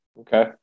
Okay